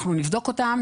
אנחנו נבדוק אותן,